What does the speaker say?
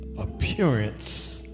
appearance